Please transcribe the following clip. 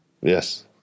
yes